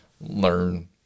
learn